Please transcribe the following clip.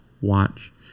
watch